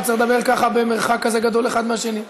לא צריך לדבר ככה, במרחק כזה גדול אחד מהשני.